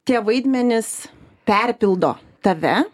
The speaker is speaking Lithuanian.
tie vaidmenys perpildo tave